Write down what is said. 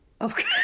Okay